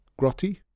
Grotty